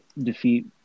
defeat